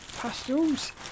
pastels